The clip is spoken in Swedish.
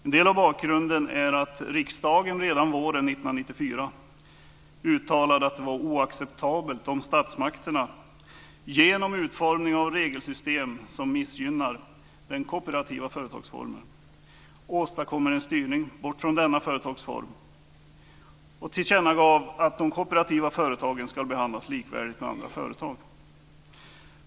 En del av bakgrunden är att riksdagen redan våren 1994 uttalade att det var oacceptabelt om statsmakterna, genom utformning av regelsystem som missgynnar den kooperativa företagsformen, åstadkommer en styrning bort från denna företagsform och tillkännagav att de kooperativa företagen ska behandlas likvärdigt med andra företag.